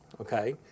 okay